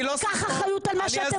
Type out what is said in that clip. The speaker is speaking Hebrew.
קח אחריות על מה שאתם עושים.